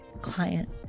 client